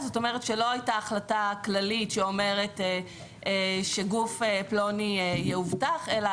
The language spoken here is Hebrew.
זאת אומרת שלא הייתה החלטה כללית שאומרת שגוף פלוני יאובטח אלא